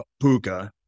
puka